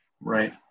Right